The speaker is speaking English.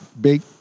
big